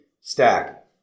stack